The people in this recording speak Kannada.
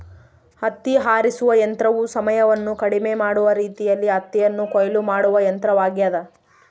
ಹತ್ತಿ ಆರಿಸುವ ಯಂತ್ರವು ಸಮಯವನ್ನು ಕಡಿಮೆ ಮಾಡುವ ರೀತಿಯಲ್ಲಿ ಹತ್ತಿಯನ್ನು ಕೊಯ್ಲು ಮಾಡುವ ಯಂತ್ರವಾಗ್ಯದ